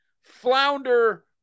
flounder